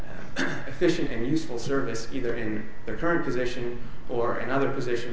efficient and useful service either in their current position or another position